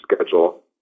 schedule